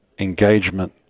engagement